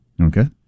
Okay